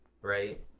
right